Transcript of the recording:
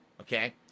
okay